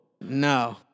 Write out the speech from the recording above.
No